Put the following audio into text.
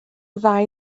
ddau